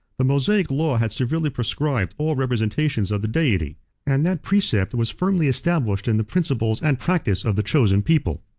the mosaic law had severely proscribed all representations of the deity and that precept was firmly established in the principles and practice of the chosen people.